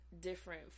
different